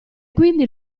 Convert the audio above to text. quindi